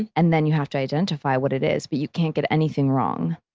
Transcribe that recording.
and then you have to identify what it is but you can't get anything wrong.